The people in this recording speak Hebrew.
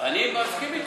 אני מסכים אתו.